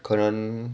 可能